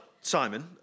Simon